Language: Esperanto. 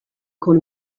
kun